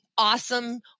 awesome